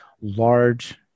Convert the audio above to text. large